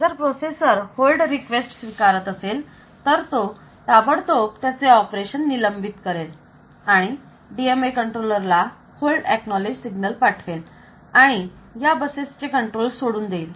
जर processor hold request स्वीकारत असेल तर तो ताबडतोब त्याचे ऑपरेशन निलंबित करेल आणि DMA कंट्रोलर ला होल्ड एकनॉलेज सिग्नल पाठवेल आणि या बसेसचे कंट्रोल सोडून देईल